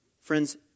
Friends